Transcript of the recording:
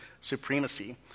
supremacy